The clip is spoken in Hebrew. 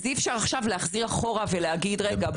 אז אי אפשר עכשיו להחזיר אחורה ולהגיד רגע,